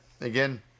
again